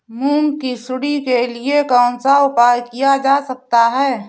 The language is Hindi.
मूंग की सुंडी के लिए कौन सा उपाय किया जा सकता है?